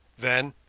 then,